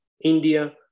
India